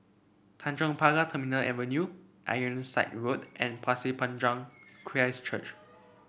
Tanjong Pagar Terminal Avenue Ironside Road and Pasir Panjang Christ Church